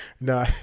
No